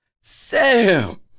Sam